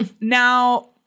Now